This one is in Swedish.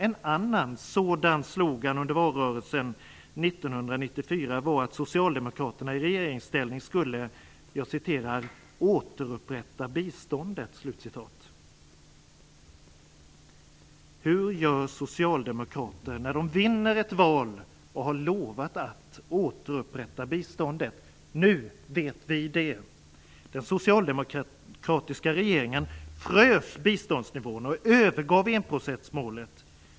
En annan sådan slogan under valrörelsen 1994 var att socialdemokraterna i regeringsställning skulle "återupprätta biståndet". Hur gör socialdemokrater när de vinner ett val och har lovat att återupprätta biståndet? Nu vet vi det. Den socialdemokratiska regeringen frös biståndsnivån och övergav enprocentsmålet.